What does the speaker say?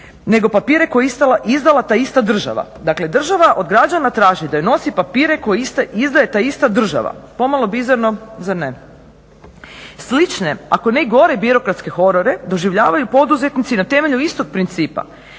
nego papire koje je izdala ta ista država. Dakle, država od građana traži da joj nosi papire koje izdaje ta ista država, pomalo bizarno zar ne. Slične, ako ne i gore birokratske horore doživljavaju poduzetnici na temelju istog principa,